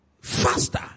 Faster